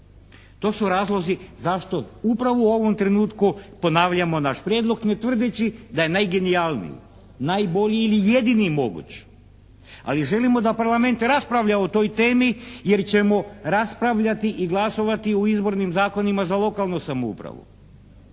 To su razlozi zašto upravo u ovom trenutku ponavljamo naš prijedlog ne tvrdeći da je najgenijalniji. Najbolji ili jedini mogu. Ali želimo da Parlament raspravlja o toj temi jer ćemo raspravljati i glasovati u izbornim zakonima za lokalnu samoupravu.